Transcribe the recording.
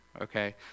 Okay